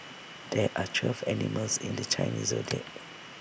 there are twelve animals in the Chinese Zodiac